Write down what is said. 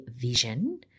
vision